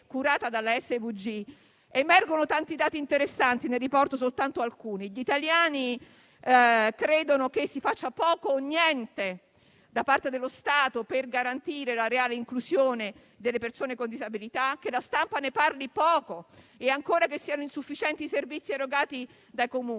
Tra i tanti dati interessanti emersi, ne riporto soltanto alcuni. Gli italiani credono che si faccia poco o niente da parte dello Stato per garantire la reale inclusione delle persone con disabilità, che la stampa ne parli poco e, ancora, che siano insufficienti i servizi erogati dai Comuni.